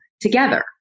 together